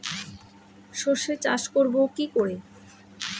সর্ষে চাষ করব কি করে?